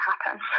happen